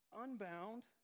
Unbound